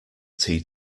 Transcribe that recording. tea